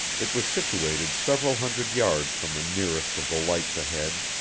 it was situated several hundred yards from the nearest of the lights ahead,